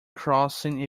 crossing